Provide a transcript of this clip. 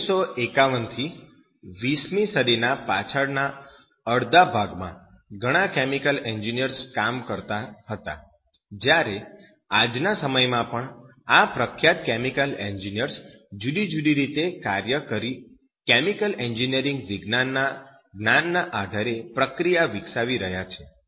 1951 થી 20 મી સદીના પાછળના અડધા ભાગમાં ઘણા કેમિકલ એન્જિનિયર્સ કામ કરતા હતા જ્યારે આજના સમયમાં પણ આ પ્રખ્યાત કેમિકલ એન્જિનિયર્સ જુદી જુદી રીતે કાર્ય કરી કેમિકલ એન્જિનિયરિંગ વિજ્ઞાનના જ્ઞાનના આધારે પ્રક્રિયા વિકસાવી રહ્યા છે